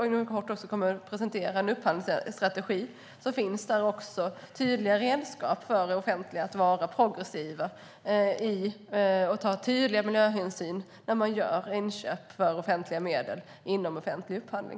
Inom kort kommer vi att presentera en upphandlingsstrategi, och där finns också tydliga redskap för det offentliga att vara progressivt och ta tydliga miljöhänsyn när man gör inköp för offentliga medel inom ramen för offentlig upphandling.